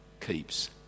keeps